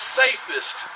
safest